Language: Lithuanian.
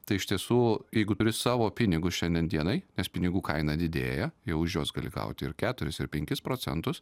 tai iš tiesų jeigu turi savo pinigus šiandien dienai nes pinigų kaina didėja jau už juos gali gauti ir keturis ir penkis procentus